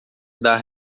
dar